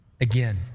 again